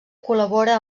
col·labora